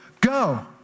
Go